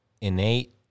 innate